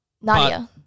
Nadia